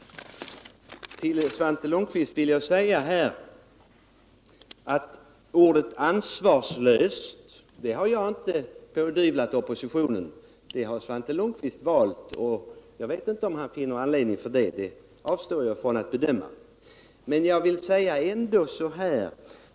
Till Svante Lundkvist vill jag säga att jag inte har pådyvlat oppositionen ordet ”ansvarslöst” — det har Svante Lundkvist valt. Jag vet inte om det finns anledning till detta; det avstår jag från att bedöma. Men jag vill ändå säga följande.